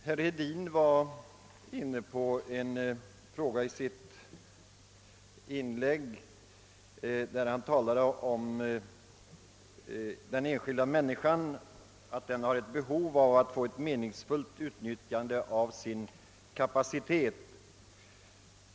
Herr talman! Herr Hedin framhöll i sitt inlägg att den enskilda människan har behov av att få ett meningsfullt utnyttjande av sin kapacitet.